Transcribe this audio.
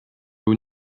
haut